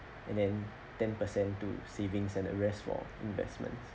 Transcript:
and then ten percent to savings and the rest for investments